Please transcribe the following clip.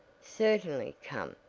certainly come,